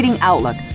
Outlook